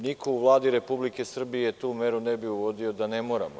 Niko u Vladi Republike Srbije tu meru ne bi uvodio da ne mora.